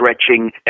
stretching